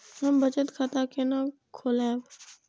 हम बचत खाता केना खोलैब?